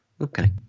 Okay